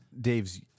Dave's